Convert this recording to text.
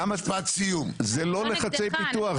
זה לא לחצי פיתוח,